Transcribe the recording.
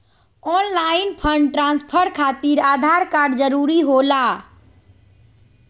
Online fund transfer खातिर Aadhaar card जरूरी होला?